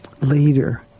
Later